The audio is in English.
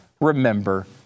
remember